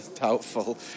Doubtful